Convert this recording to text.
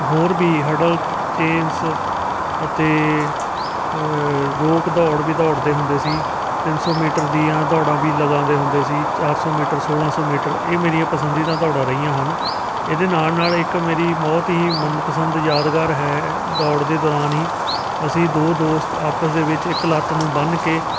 ਹੋਰ ਵੀ hurdle change ਅਤੇ ਰੋਕ ਦੌੜ ਵੀ ਦੌੜਦੇ ਹੁੰਦੇ ਸੀ ਤਿੰਨ ਸੌ ਮੀਟਰ ਦੀਆਂ ਦੌੜਾਂ ਵੀ ਲਗਾਉਂਦੇ ਹੁੰਦੇ ਸੀ ਚਾਰ ਸੌ ਮੀਟਰ ਸੋਲ੍ਹਾਂ ਸੌ ਮੀਟਰ ਇਹ ਮੇਰੀਆਂ ਪਸੰਦੀਦਾ ਦੌੜਾਂ ਰਹੀਆਂ ਹਨ ਇਹਦੇ ਨਾਲ ਨਾਲ ਇੱਕ ਮੇਰੀ ਬਹੁਤ ਹੀ ਮਨਪਸੰਦ ਯਾਦਗਾਰ ਹੈ ਦੌੜ ਦੇ ਦੌਰਾਨ ਹੀ ਅਸੀਂ ਦੋ ਦੋਸਤ ਆਪਸ ਦੇ ਵਿੱਚ ਇਕ ਲੱਤ ਨੂੰ ਬੰਨ੍ਹ ਕੇ